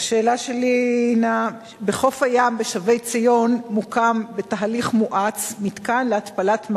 השאילתא שלי היא: בחוף הים בשבי-ציון מוקם בתהליך מואץ מתקן להתפלת מים,